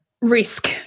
Risk